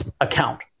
account